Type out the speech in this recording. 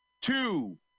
two